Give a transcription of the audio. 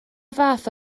fath